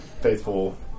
faithful